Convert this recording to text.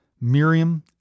Miriam